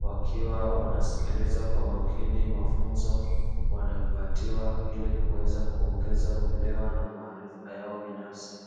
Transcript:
wakiwa wanasikiliza kwa makini mafunzo wanayopatiwa ili kuweza kuongeza uelewa na maarifa yao binafsi.